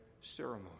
ceremony